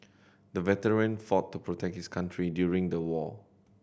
the veteran fought to protect his country during the war